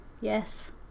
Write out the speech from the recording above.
Yes